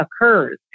occurs